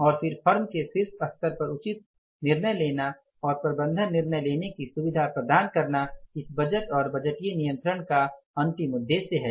और फिर फर्म के शीर्ष स्तर पर उचित निर्णय लेना और प्रबंधन निर्णय लेने की सुविधा प्रदान करना इस बजट और बजटीय नियंत्रण का अंतिम उद्देश्य है